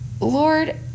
Lord